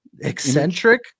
Eccentric